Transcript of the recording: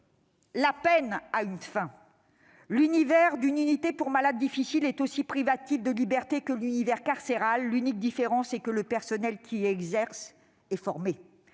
la peine a une fin. L'univers d'une unité pour malades difficiles est aussi privatif de liberté que l'univers carcéral. L'unique différence est que le personnel qui y exerce est